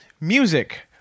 Music